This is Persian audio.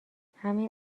همین